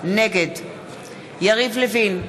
נגד יריב לוין,